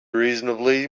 reasonably